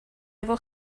efo